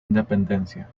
independencia